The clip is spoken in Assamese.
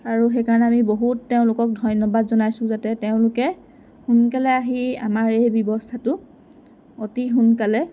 আৰু সেইকাৰণে আমি বহুত তেওঁলোকক বহুত ধন্যবাদ জনাইছোঁ যাতে তেওঁলোকে সোনকালে আহি আমাৰ এই ব্যৱস্থাটো অতি সোনকালে